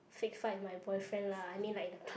fake fight my boyfriend lah I mean like the play